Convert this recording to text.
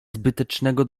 zbytecznego